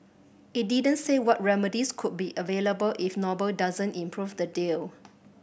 it didn't say what remedies could be available if noble doesn't improve the deal